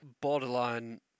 borderline